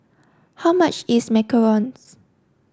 how much is Macarons